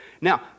Now